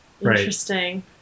Interesting